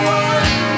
one